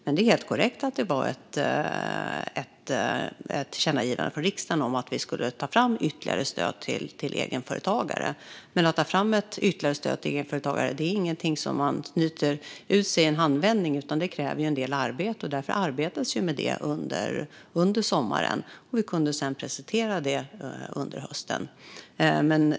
Det är helt korrekt att det var ett tillkännagivande från riksdagen om att vi skulle ta fram ytterligare stöd till egenföretagare. Men ytterligare stöd till egenföretagare är ingenting som man snyter ur sig i en handvändning, utan det kräver en del arbete. Därför arbetades det med det under sommaren, och vi kunde sedan presentera detta under hösten.